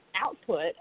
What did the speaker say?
output